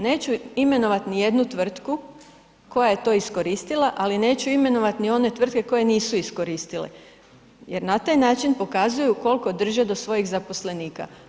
Neću imenovati nijednu tvrtku koja je to iskoristila, ali neću imenovati ni one tvrtke koje nisu iskoristile jer na taj način pokazuju koliko drže do svojih zaposlenika.